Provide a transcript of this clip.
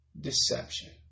Deception